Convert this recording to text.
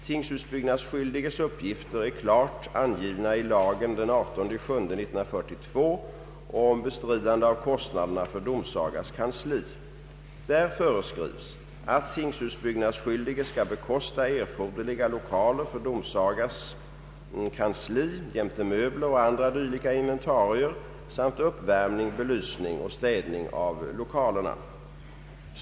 Tingshusbyggnadsskyldiges uppgifter är klart angivna i lagen 18.7.1942 om bestridande av kostnaderna för domsagas kansli. Där föreskrivs att tingshusbyggnadsskyldige skall bekosta erforderliga lokaler för domsagas kansli jämte möbler och andra dylika inventarier samt uppvärmning, belysning och städning av lokalerna.